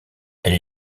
elle